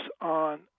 on